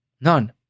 None